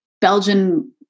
Belgian